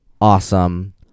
Awesome